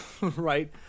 right